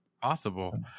possible